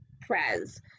Prez